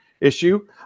issue